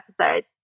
episode